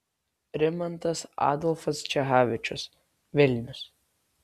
rimantas adolfas čechavičius vilnius